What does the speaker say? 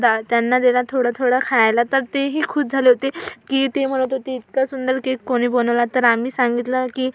दा त्यांना दिला थोडा थोडा खायला तर तेही खुश झाले होते की ते म्हणत होते इतका सुंदर केक कोणी बनवला तर आम्ही सांगितलं की